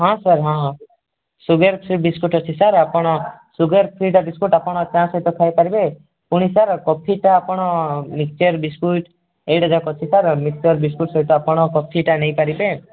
ହଁ ସାର୍ ହଁ ହଁ ସୁଗାର୍ ଫ୍ରୀ ବିସ୍କୁଟ୍ ଅଛି ସାର୍ ଆପଣ ସୁଗାର୍ ଫ୍ରୀଟା ବିସ୍କୁଟ୍ ଆପଣ ଚା ସହିତ ଖାଇପାରିବେ ପୁଣି ସାର୍ କଫି ତ ଆପଣ ମିକ୍ସଚର୍ ବିସ୍କୁଟ୍ ଏଇଟା ଯାକ ଅଛି ସାର୍ ମିକ୍ସଚର୍ ବିସ୍କୁଟ୍ ସହିତ ଆପଣ କଫିଟା ନେଇପାରିବେ